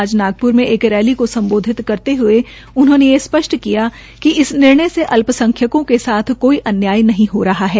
आज नागप्र में एक रैली को सम्बोधित करते हये ये स्पष्ट किया कि इस निर्णय से अल्पसंख्यकों के साथ कोई अन्याय नहीं हो रहा है